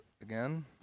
again